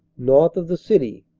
north of the city.